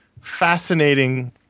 fascinating